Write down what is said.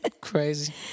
Crazy